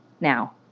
now